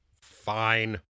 Fine